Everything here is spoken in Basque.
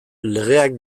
legeak